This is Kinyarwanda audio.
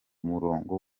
murongo